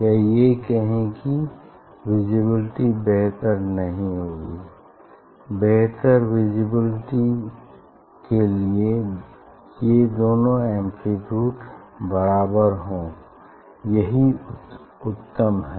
या ये कहें की विजिबिलिटी बेहतर नहीं होगी बेहतर विजिबिलिटी के लिए ये दोनों एम्प्लीट्यूड बराबर हो यही उत्तम है